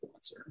influencer